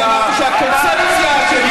אני אמרתי שהקונספציה אשמה.